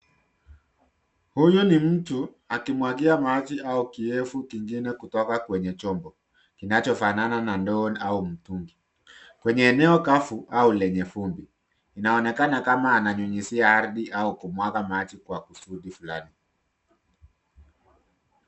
Huyu ni mtu akimwagia maji au kiowevu kingine kutoka kwenye chombo kinachofanana na ndoo au mtungi. Kwenye eneo kavu au lenye vumbi, inaonekana kama ananyunyuzia ardhi au kumwaga maji kwa kusudi fulani.